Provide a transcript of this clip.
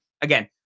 again